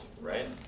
right